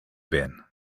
been